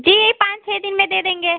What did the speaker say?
जी यही पाँच छः दिन में दे देंगे